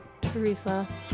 Teresa